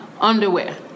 underwear